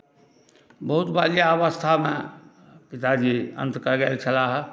बहुत बाल्यावस्थामे पिताजी अन्त कऽ गेल छलाह